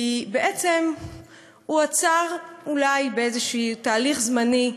כי בעצם הוא עצר, אולי, באיזה תהליך זמני,